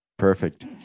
Perfect